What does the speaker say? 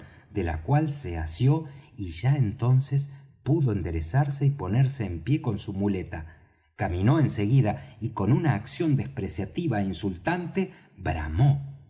de la cual se asió y ya entonces pudo enderezarse y ponerse en pie con su muleta caminó en seguida y con una acción despreciativa é insultante bramó